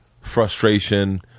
frustration